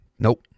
Nope